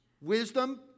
wisdom